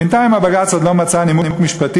בינתיים הבג"ץ עוד לא מצא נימוק משפטי